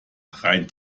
rein